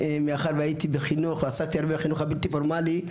מאחר ועסקתי הרבה בחינוך הבלתי פורמלי.